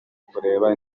kureba